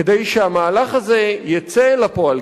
כדי שהמהלך הזה יצא אל הפועל,